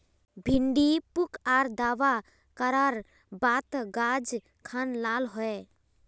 भिन्डी पुक आर दावा करार बात गाज खान लाल होए?